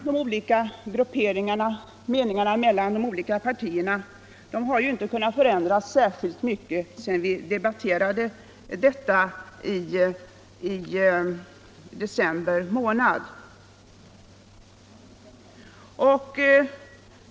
De olika partiernas och grupperingarnas ståndpunkter har dock inte förändrats särskilt mycket sedan vi debatterade dessa frågor i december månad.